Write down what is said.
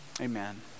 amen